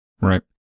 Right